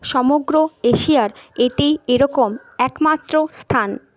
সমগ্র এশিয়ার এটি এরকম একমাত্র স্থান